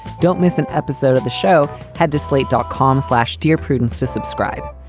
don't miss an episode of the show. head to slate dot com slash dear prudence to subscribe.